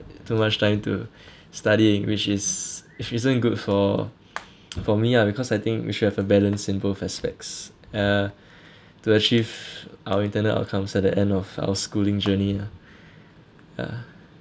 too much time to studying which is it isn't good for for me ah because I think we should have a balance in both aspects uh to achieve our intended outcomes at the end of our schooling journey lah uh